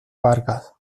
vargas